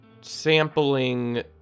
sampling